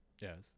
Yes